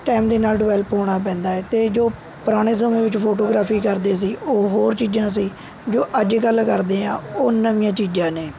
time ਦੇ ਨਾਲ਼ develop ਹੋਣਾ ਪੈਂਦਾ ਹੈ ਅਤੇ ਜੋ ਪੁਰਾਣੇ ਸਮੇਂ ਵਿੱਚ ਫੋਟੋਗ੍ਰਾਫੀ ਕਰਦੇ ਸੀ ਉਹ ਹੋਰ ਚੀਜ਼ਾਂ ਸੀ ਜੋ ਅੱਜ ਕੱਲ੍ਹ ਕਰਦੇ ਹੈ ਉਹ ਨਵੀਆਂ ਚੀਜ਼ਾਂ ਨੇ